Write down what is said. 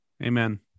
Amen